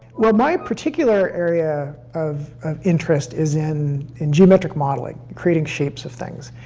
well my particular area of interest is in, in geometric modelling. creating shapes of things.